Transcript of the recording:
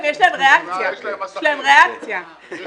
חברים, החקיקה שהייתה